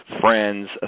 friends